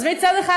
אז מצד אחד,